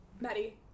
Maddie